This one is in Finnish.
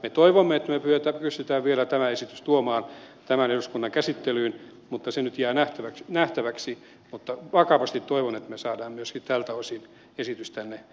me toivomme että me pystymme vielä tämän esityksen tuomaan tämän eduskunnan käsittelyyn mutta se nyt jää nähtäväksi mutta vakavasti toivon että me saamme myöskin tältä osin esitystä